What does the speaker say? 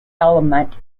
element